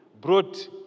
brought